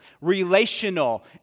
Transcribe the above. relational